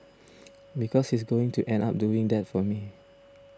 because he's going to end up doing that for me